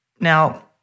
Now